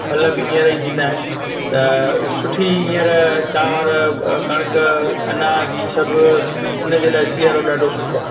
फल बि हींअर ई थींदा आहिनि त सुठी हींअर चांवर कणिक अनाज ही सभु उन जे लाइ सियारो ॾाढो सुठो आहे